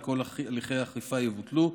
וכל הליכי האכיפה יבוטלו.